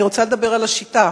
אני רוצה לדבר על השיטה.